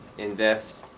invest,